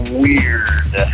weird